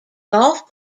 golf